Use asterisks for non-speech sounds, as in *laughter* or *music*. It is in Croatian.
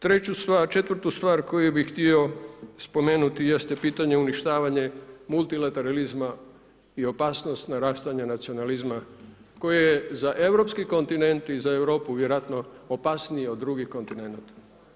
Treću stvar, četvrtu stvar koju bih htio spomenuti jeste pitanje uništavanja multilateralizma i opasnost ... *unintelligible* nacionalizma koje je za europski kontinent i za Europu vjerojatno opasniji od drugih kontinenata.